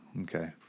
Okay